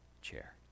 chair